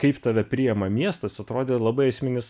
kaip tave priima miestas atrodė labai esminis